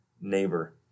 neighbor